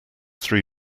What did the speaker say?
three